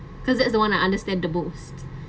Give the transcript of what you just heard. because that's the one I understand the most